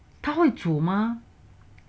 她会煮吗